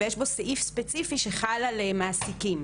ויש בו סעיף ספציפי שחל על מעסיקים,